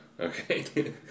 okay